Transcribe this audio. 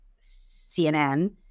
CNN